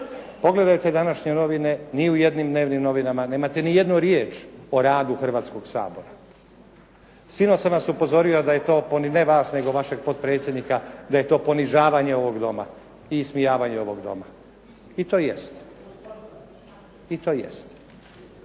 Pogledajte današnje novine, ni u jednim dnevnim novinama nemate ni jednu riječ o radu Hrvatskog sabora. Sinoć sam vas upozorio da je to, ne vas nego vašeg potpredsjednika da je to